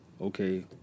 okay